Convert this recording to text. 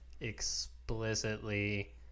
explicitly